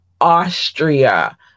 austria